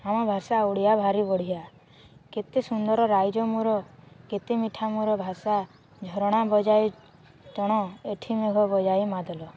ଆମ ଭାଷା ଓଡ଼ିଆ ଭାରି ବଢ଼ିଆ କେତେ ସୁନ୍ଦର ରାଇଜ ମୋର କେତେ ମିଠା ମୋର ଭାଷା ଝରଣା ବଜାଇ ଟଣ ଏଠି ମେଘ ବଜାଇ ମାଦଲ